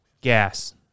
gas